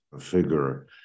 figure